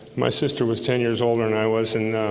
my sister was ten years older and i was and